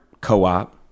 co-op